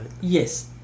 Yes